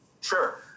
Sure